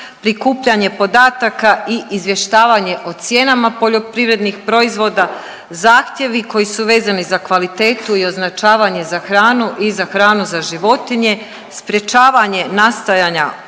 prikupljanje podataka i izvještavanje o cijenama poljoprivrednih proizvoda, zahtjevi koji su vezani za kvalitetu i označavanje za hranu i za hranu za životinje, sprječavanje nastajanja otpada